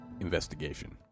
Investigation